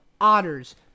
Otters